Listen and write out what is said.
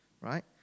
right